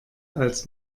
als